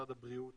משרד הבריאות